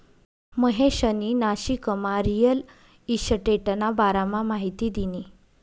महेशनी नाशिकमा रिअल इशटेटना बारामा माहिती दिनी